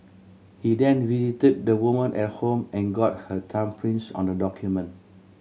he then visited the woman at home and got her thumbprints on the document